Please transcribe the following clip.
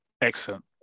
Excellent